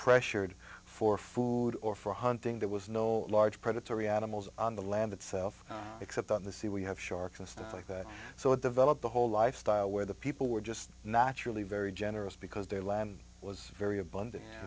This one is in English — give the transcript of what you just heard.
pressured for food or for hunting there was no large predatory animals on the land itself except on the sea we have sharks just like that so it developed the whole lifestyle where the people were just naturally very generous because their land was very abundant